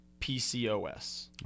PCOS